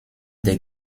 der